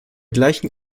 gleichen